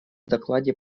докладе